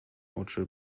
oczy